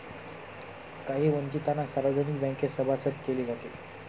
काही वंचितांना सार्वजनिक बँकेत सभासद केले जाते